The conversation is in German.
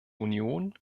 union